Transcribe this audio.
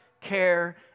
care